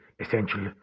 essential